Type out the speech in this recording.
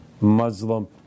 Muslim